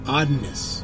oddness